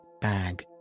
bag